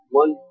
one